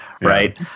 right